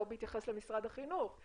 לא בהתייחס למשרד החינוך,